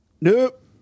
nope